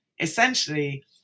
essentially